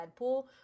deadpool